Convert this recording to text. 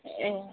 ए